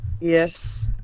Yes